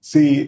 See